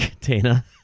Dana